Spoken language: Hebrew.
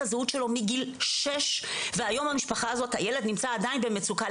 הזהות שלו מגיל שש והיום הילד הזה נמצא עדיין במצוקה,